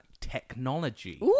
technology